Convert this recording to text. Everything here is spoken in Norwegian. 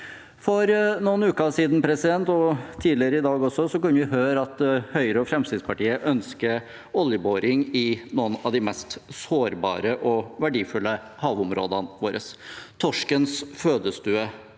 For noen uker siden – og tidligere i dag også – kunne vi høre at Høyre og Fremskrittspartiet ønsker oljeboring i noen av de mest sårbare og verdifulle havområdene våre, torskens fødestue